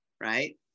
right